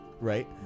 right